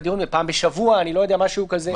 תדונו על פעם בשבוע, משהו כזה.